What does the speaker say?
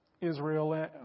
Israel